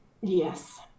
yes